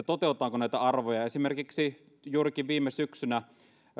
toteutetaanko näitä arvoja kun esimerkiksi juurikin viime syksynä